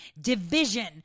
division